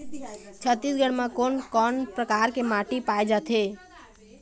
छत्तीसगढ़ म कोन कौन प्रकार के माटी पाए जाथे?